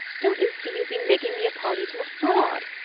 don't you see you've been making me a party to a fraud?